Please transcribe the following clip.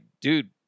dude